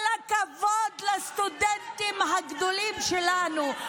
בושה, כל הכבוד לסטודנטים הגדולים שלנו.